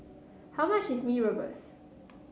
how much is Mee Rebus